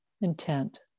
intent